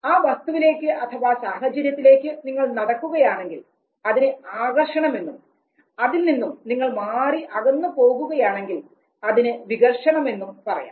ആ വസ്തുവിലേക്ക്സാഹചര്യത്തിലേക്ക് നിങ്ങൾ നടക്കുകയാണെങ്കിൽ അതിനെ ആകർഷണം എന്നും അതിൽ നിന്നും നിങ്ങൾ മാറി അകന്നു പോകുകയാണെങ്കിൽ അതിനെ വികർഷണം എന്നും പറയാം